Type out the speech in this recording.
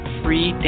free